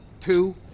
two